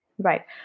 Right